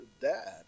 dad